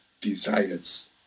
desires